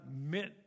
meant